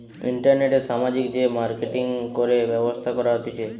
ইন্টারনেটে সামাজিক যে মার্কেটিঙ করে ব্যবসা করা হতিছে